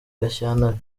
gashyantare